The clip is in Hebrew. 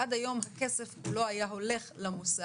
עד היום כסף לא היה הולך למוסד,